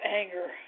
anger